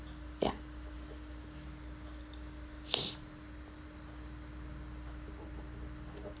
ya